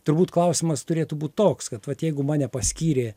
turbūt klausimas turėtų būt toks kad vat jeigu mane paskyrė